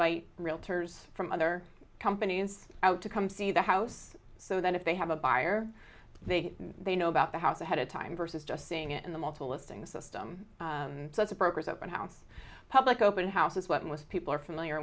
vite realtors from other companies out to come see the house so that if they have a buyer they they know about the house ahead of time versus just seeing it in the multiple listing system so the brokers open house public open house is what most people are familiar